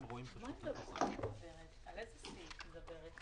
על איזה סעיפים היא מדברת?